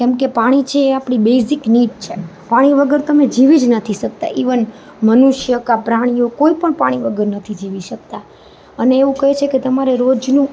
કેમકે પાણી જે છે એ આપણી બેઝિક નીડ છે પાણી વગર તમે જીવી જ નથી શકતા ઇવન મનુષ્ય ક્યાં પ્રાણીઓ કોઈ પણ પાણી વગર નથી જીવી શકતા અને એવું કહે છે કે તમારે રોજનું